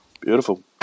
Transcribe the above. beautiful